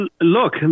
look